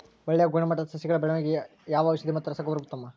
ಒಳ್ಳೆ ಗುಣಮಟ್ಟದ ಸಸಿಗಳ ಬೆಳವಣೆಗೆಗೆ ಯಾವ ಔಷಧಿ ಮತ್ತು ರಸಗೊಬ್ಬರ ಉತ್ತಮ?